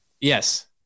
Yes